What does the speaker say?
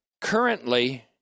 currently